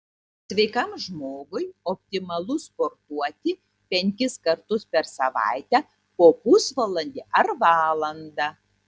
sveikam žmogui optimalu sportuoti penkis kartus per savaitę po pusvalandį ar valandą